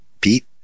Pete